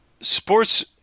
sports